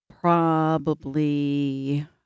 Probably-